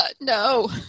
no